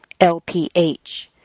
LPH